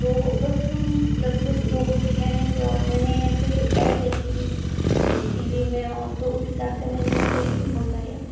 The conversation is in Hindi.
तो परफ्यूम लगभग लोगों के कहने पर और मैंने ऐसे ऐड देखी थी टी वी में तो उस हिसाब से मैंने वो परफ्यूम मंगाया